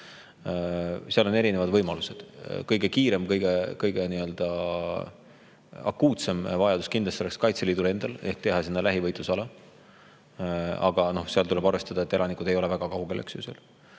Seal on erinevad võimalused. Kõige kiirem, kõige akuutsem vajadus kindlasti oleks Kaitseliidul endal ehk teha sinna lähivõitlusala. Aga tuleb arvestada, et elanikud ei ole sealt väga kaugel.